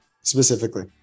specifically